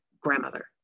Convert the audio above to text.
grandmother